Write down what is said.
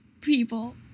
people